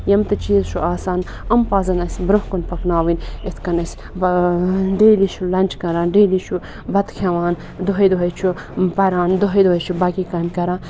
یِم تہِ چیٖز چھُ آسان یِم پَزَن اَسہِ برونٛہہ کُن پَکناوٕنۍ اِتھ کٔنۍ أسۍ ڈیلی چھُ لَنچ کَران ڈیلی چھُ بَتہٕ کھٮ۪وان دۄہَے دۄہَے چھُ پَران دۄہَے دۄہے چھُ باقٕے کامہِ کَران